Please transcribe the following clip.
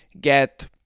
get